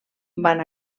van